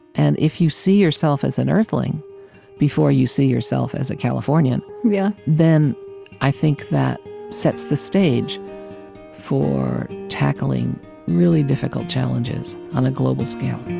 and if you see yourself as an earthling before you see yourself as a californian, yeah then i think that sets the stage for tackling really difficult challenges on a global scale